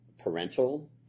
parental